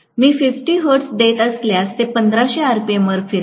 मी 50 hertz देत असल्यास ते 1500 आरपीएम वर फिरेल